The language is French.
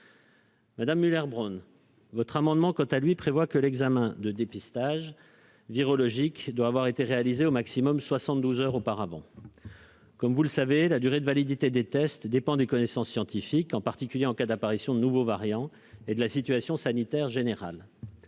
Madame Müller Bronn votre amendement, quant à lui, prévoit que l'examen de dépistage virologique doit avoir été réalisée au maximum 72 heures auparavant. Comme vous le savez, la durée de validité des tests dépend des connaissances scientifiques, en particulier en cas d'apparition de nouveaux variants et de la situation sanitaire. Elle